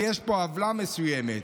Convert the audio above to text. ויש פה עוולה מסוימת.